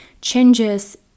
changes